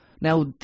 now